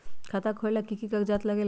खाता खोलेला कि कि कागज़ात लगेला?